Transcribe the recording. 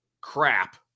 crap